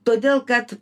todėl kad